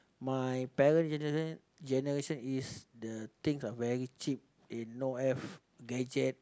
my parent generation generation is the things are very cheap they no have gadget